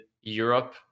europe